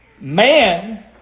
Man